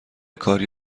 کاری